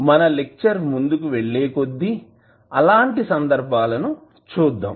మన లెక్చర్ ముందుకు వెళ్లే కొద్దీ అలాంటి సందర్భలను చూద్దాం